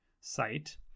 site